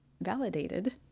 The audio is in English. validated